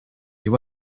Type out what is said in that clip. you